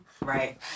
Right